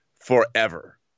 forever